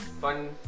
fun